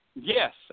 Yes